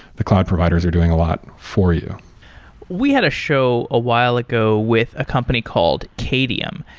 the cloud providers are doing a lot for you we had a show a while ago with a company called qadium,